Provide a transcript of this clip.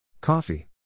Coffee